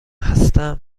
هستم